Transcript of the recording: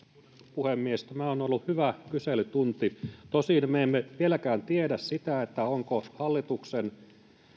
puhemies tämä on ollut hyvä kyselytunti tosin me emme vieläkään tiedä sitä tahtooko hallituksen